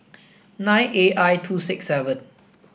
nine A I two six seven